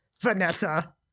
vanessa